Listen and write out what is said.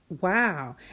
Wow